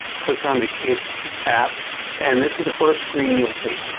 click on the kik app and this is the first screen you'll see.